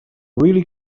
really